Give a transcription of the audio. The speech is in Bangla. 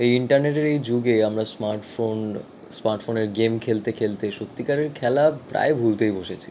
এই ইন্টারনেটের এই যুগে আমরা স্মার্টফোন স্মার্টফোনের গেম খেলতে খেলতে সত্যিকারের খেলা প্রায় ভুলতেই বসেছি